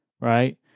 right